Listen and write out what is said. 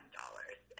dollars